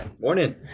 Morning